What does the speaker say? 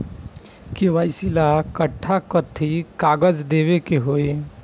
KYC ला कट्ठा कथी कागज देवे के होई?